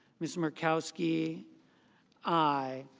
mr. makowski i.